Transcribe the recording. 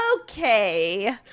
Okay